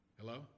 Hello